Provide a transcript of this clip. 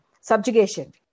subjugation